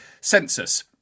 census